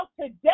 today